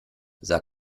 sah